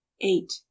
eight